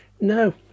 no